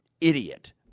idiot